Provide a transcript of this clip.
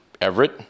Everett